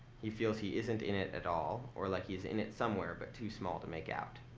he feels he isn't in it at all, or like he is in it somewhere but too small to make out.